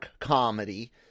comedy